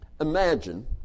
Imagine